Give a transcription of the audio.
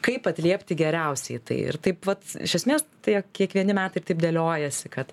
kaip atliepti geriausiai tai ir taip vat iš esmės tai kiekvieni metai ir taip dėliojasi kad